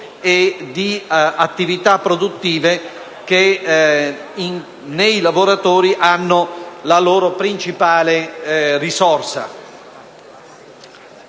e di attività produttive che nei lavoratori hanno la loro principale risorsa.